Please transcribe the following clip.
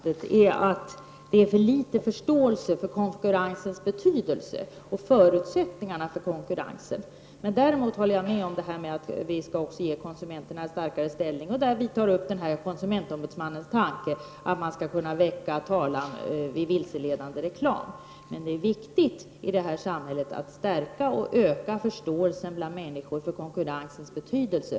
Herr talman! Problemet i detta land är att det finns för litet förståelse för konkurrensens betydelse och för förutsättningarna för konkurrensen. Däremot håller jag med om att vi också skall ge konsumenterna en starkare ställning. Vi tar upp konsumentombudsmannens tanke om att man skall kunna väcka talan vid vilseledande reklam. I det här samhället är det också viktigt att stärka och öka förståelsen bland människor för konkurrensens betydelse.